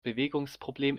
bewegungsproblem